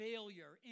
Failure